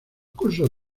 cursos